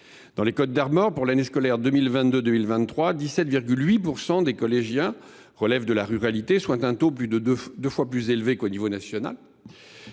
Dans les Côtes d’Armor, pour l’année scolaire 2022 2023, 17,8 % des collégiens relèvent de la ruralité, soit un taux deux fois plus élevé qu’à l’échelle nationale.